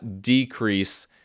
decrease